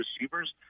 receivers